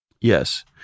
Yes